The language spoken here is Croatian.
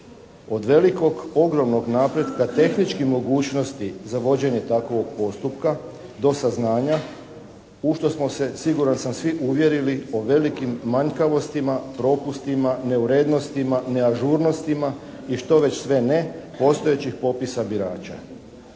Od velikog, ogromnog napretka, tehničkih mogućnosti za vođenje takvog postupka do saznanja u što smo se siguran sam svi uvjerili o velikim manjkavostima, propustima, neurednostima, neažurnostima i što već sve ne, postojećih popisa birača.